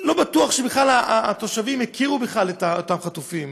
לא בטוח שהתושבים בכלל הכירו את אותם חטופים,